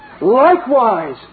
likewise